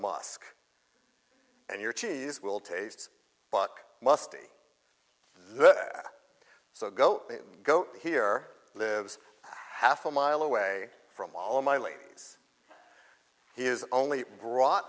mosque and your cheese will taste bock musty so go go here lives half a mile away from all my ladies he is only brought